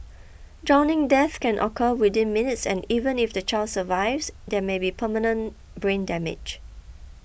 drowning deaths can occur within minutes and even if the child survives there may be permanent brain damage